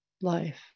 life